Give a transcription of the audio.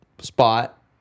spot